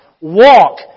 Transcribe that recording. walk